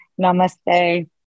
Namaste